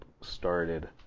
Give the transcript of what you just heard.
started